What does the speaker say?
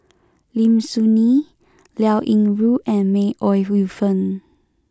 Lim Soo Ngee Liao Yingru and May Ooi Yu Fen